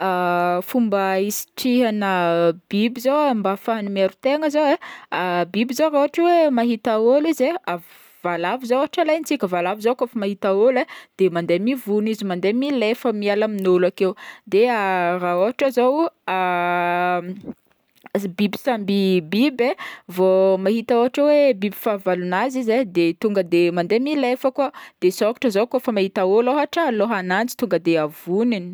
Fomba hisitrihagna biby zao mba ahafahany miaro tegna zao e, biby zao ra ôhatra hoe mahita ôlo e, ah v- valavo zao ôhatra alaintsika, valavo zao kaofa mahita ôlo e de mandeha mivogno izy, mandeha milefa miala amin'ôlo akeo, de raha ôhatra zao z- biby samby biby e vao mahita ôhatra hoe biby fahavalon'azy izy e de tonga de mandeha milefa koa, de sôkatra kaofa mahita ôlo ôhatra, lohan'anjy tonga de avogniny.